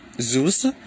Zeus